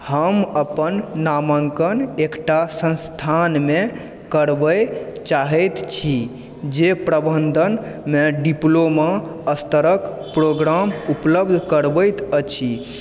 हम अपन नामाङ्कन एकटा संस्थानमे करबऽ चाहै छी जे प्रबन्धनमे डिप्लोमा स्तरके प्रोग्राम उपलब्ध करबैत अछि